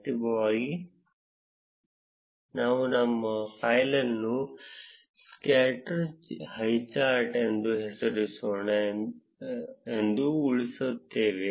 ಅಂತಿಮವಾಗಿ ನಾವು ನಮ್ಮ ಫೈಲ್ ಅನ್ನು ಸ್ಕಾಟರ್ ಹೈಚಾರ್ಟ್ ಎಂದು ಹೆಸರಿಸೋಣ ಎಂದು ಉಳಿಸುತ್ತೇವೆ